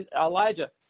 Elijah